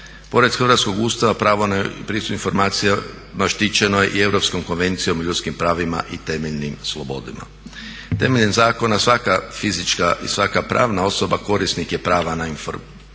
Pored hrvatskog Ustava pravo na pristup informacijama štićeno je i Europskom konvencijom o ljudskim pravima i temeljnim slobodama. Temeljem zakona svaka fizička i svaka pravna osoba korisnik je prava na informaciju